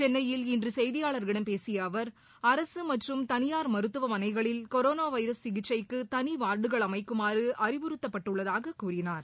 சென்னையில் இன்று செய்தியாளர்களிடம் பேசிய அவர் அரசு மற்றும் தனியார் மருத்துவமனைகளில் கொரோனா வைரஸ் சிகிச்சைக்கு தனி வார்டுகள் அமைக்குமாறு அறிவுறுத்தப்பட்டுள்ளதாகக் கூறினார்